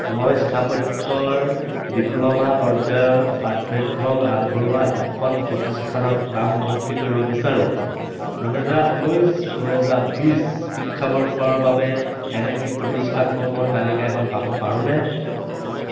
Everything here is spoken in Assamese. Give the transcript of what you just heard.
মই স্থাপত্যৰ ডিপ্ল'মা পৰ্যায়ৰ পাঠ্যক্ৰম আগবঢ়োৱা এখন প্ৰতিষ্ঠানত নামভৰ্তি কৰিব বিচাৰোঁ দুহেজাৰ ঊনৈছ দুহেজাৰ বিছ শিক্ষাবৰ্ষৰ বাবে এনে হি প্ৰতিষ্ঠানসমূহৰ তালিকা এখন পাব পাৰোঁনে